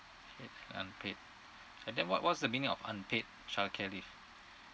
okay unpaid and then what what's the meaning of unpaid childcare leave